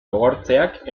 gogortzeak